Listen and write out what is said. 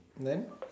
then